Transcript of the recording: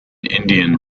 indian